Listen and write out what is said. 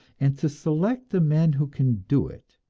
and to select the men who can do it,